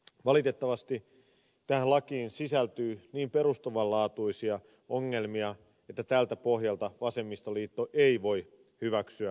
valitettavasti tähän lakiin sisältyy niin perustavan laatuisia ongelmia että tältä pohjalta vasemmistoliitto ei voi lakia hyväksyä